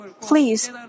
Please